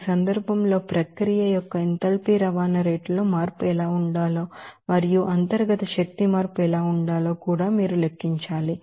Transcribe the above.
ఈ సందర్భంలో ప్రక్రియ యొక్క ఎంథాల్పీ రవాణా రేటులో మార్పు ఎలా ఉండాలో మరియు ఇంటర్నల్ ఎనర్జీ చేంజ్ ఎలా ఉండాలో కూడా మీరు లెక్కించాలి